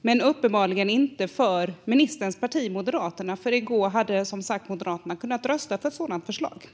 Men det är det uppenbarligen inte för ministerns parti Moderaterna, som i går som sagt hade kunnat rösta för ett sådant förslag.